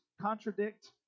contradict